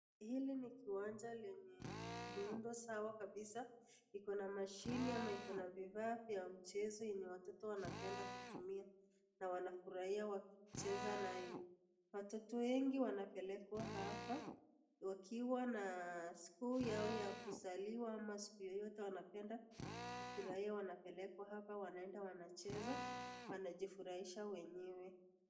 Hili ni kiwanja lenye muundo sawa kabisa. Ikona mashini ama ikona vifaa vya mchezo yenye watoto wanapenda kutumia na wanafurahia wakicheza nayo. Watoto wengi wanapelekwa hapa wakiwa na siku yao ya kuzaliwa ama siku yoyote wanapenda kufurahia wanapelekwa hapa wanaenda wanacheza, wanajifurahisha wenyewe.